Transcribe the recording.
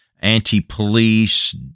anti-police